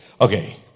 okay